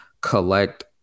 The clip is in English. collect